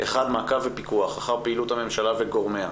מעקב ופיקוח אחר פעילות הממשלה וגורמיה,